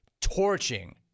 torching